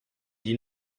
die